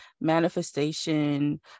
manifestation